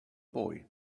boy